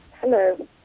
Hello